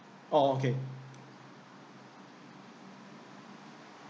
orh okay